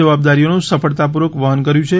જવાબદારીઓનું સફળતાપુર્વક વહન કર્યું છે